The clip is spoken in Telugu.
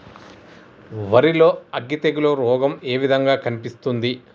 వరి లో అగ్గి తెగులు రోగం ఏ విధంగా కనిపిస్తుంది?